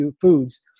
foods